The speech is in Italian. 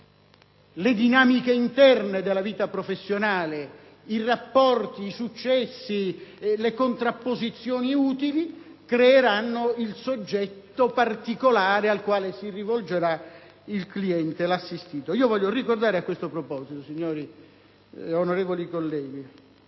le dinamiche interne della vita professionale, i rapporti, i successi e le contrapposizioni utili creeranno il soggetto particolare al quale si rivolgerà il cliente, l'assistito. A questo proposito, onorevoli colleghi,